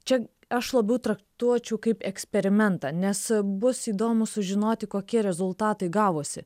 čia aš labiau traktuočiau kaip eksperimentą nes bus įdomu sužinoti kokie rezultatai gavosi